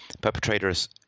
Perpetrators